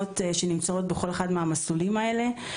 שנמצאות בכל אחד מהמסלולים האלה.